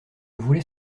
voulais